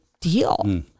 deal